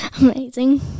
Amazing